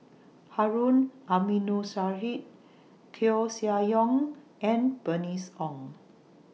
Harun Aminurrashid Koeh Sia Yong and Bernice Ong